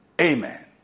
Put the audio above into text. Amen